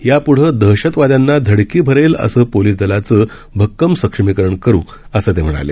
यापूढे दहशतवाद्यांना धडकी भरेल असं पोलीस दलाचे अक्कम सक्षमीकरण करु असं ते म्हणाले